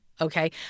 okay